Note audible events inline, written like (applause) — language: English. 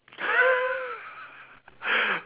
(laughs)